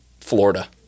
Florida